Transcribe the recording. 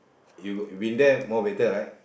you been there more better right